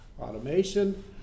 automation